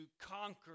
conquer